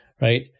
right